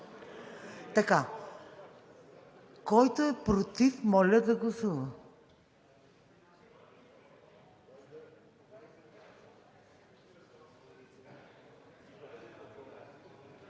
Който е против, моля да гласува.